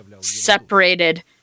separated